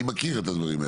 אני מכיר את הדברים האלה.